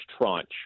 tranche